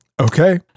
Okay